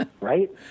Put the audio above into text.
right